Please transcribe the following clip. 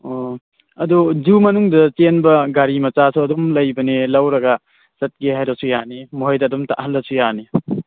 ꯑꯣ ꯑꯗꯨ ꯖꯨ ꯃꯅꯨꯡꯗ ꯆꯦꯟꯕ ꯒꯥꯔꯤ ꯃꯆꯥꯁꯨ ꯑꯗꯨꯝ ꯂꯩꯕꯅꯦ ꯂꯧꯔꯒ ꯆꯠꯀꯦ ꯍꯥꯏꯔꯁꯨ ꯌꯥꯅꯤ ꯃꯣꯍꯣꯏꯗ ꯑꯗꯨꯝ ꯇꯥꯛꯍꯜꯂꯁꯨ ꯌꯥꯅꯤ